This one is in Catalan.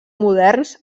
moderns